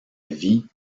vie